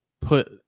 put